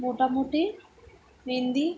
মোটামুটি মেহেন্দি